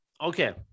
Okay